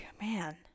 man